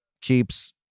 keeps